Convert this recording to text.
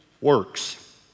Works